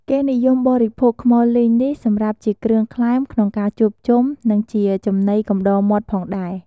គេនិយមបរិភោគខ្មុលលីងនេះសម្រាប់ជាគ្រឿងក្លែមក្នុងការជួបជុំ និងជាចំណីកំដរមាត់ផងដែរ។